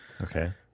Okay